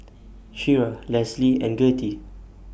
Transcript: Shira Lesly and Gertie